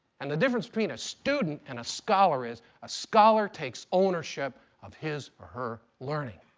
and the difference between a student and a scholar is a scholar takes ownership of his or her learning.